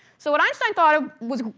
so what einstein thought ah was,